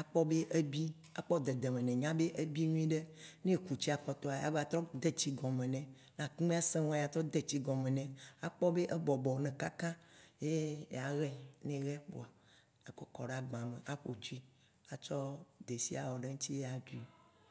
akpɔ be ebi, akpɔ dede me nɛ nyabe ebi nyuiɖe, ne eku tsia kpɔtɔa, ya gba trɔ de tsi gɔ me nɛ. Ne akumea sẽ ŋua, ya trɔ de tsi gɔme nɛ, akpɔ be ebɔbɔ ne kãkã. Ye ya hɛ, ne ehɛ kpoa, akɔ kɔɖe agbã me aƒotsuia atsɔ desia wɔ ɖe eŋti ye ya ɖui.